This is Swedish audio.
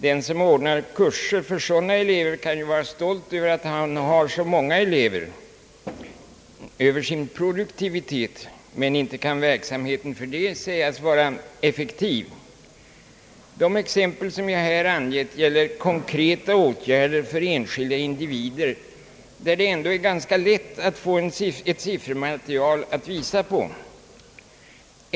Den som anordnar kurser för sådana elever kan ju vara stolt över att ha så många elever, dvs. över sin produktivitet, men inte kan verksamheten för det sägas vara effektiv. De exempel jag här angett gäller konkreta åtgärder för enskilda individer, där det ändå är ganska lätt att få fram ett siffermaterial att visa upp.